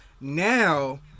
now